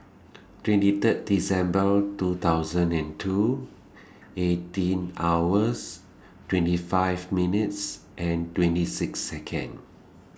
twenty Third December two thousand and two eighteen hours twenty five minutes and twenty six Second